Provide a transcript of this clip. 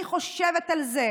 אני חושבת על זה,